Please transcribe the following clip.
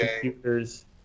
computers